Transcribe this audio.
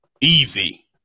Easy